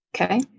okay